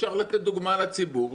אפשר לתת דוגמה לציבור,